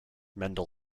mendel